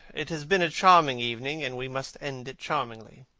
it has been a charming evening, and we must end it charmingly.